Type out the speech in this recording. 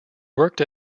worked